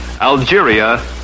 Algeria